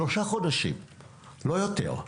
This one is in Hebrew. לא יותר,